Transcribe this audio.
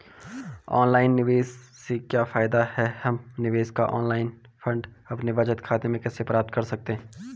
Online निवेश से क्या फायदा है हम निवेश का ऑनलाइन फंड अपने बचत खाते में कैसे प्राप्त कर सकते हैं?